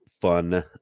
fun